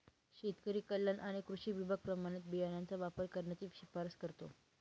शेतकरी कल्याण आणि कृषी विभाग प्रमाणित बियाणांचा वापर करण्याची शिफारस करतो